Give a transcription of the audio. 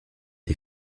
les